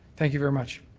thank you very much.